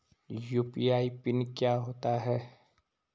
UPI pin क्या होता है?